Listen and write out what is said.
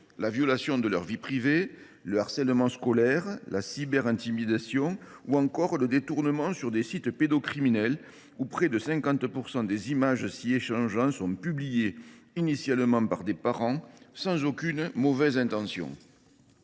la violation de leur vie privée, le harcèlement scolaire, la cyberintimidation ou encore le détournement sur des sites pédocriminels, où près de 50 % des images échangées avaient été initialement publiées par des parents sans aucune mauvaise intention.